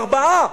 ארבעה,